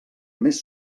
més